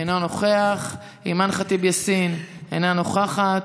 אינו נוכח, אימאן ח'טיב יאסין, אינה נוכחת,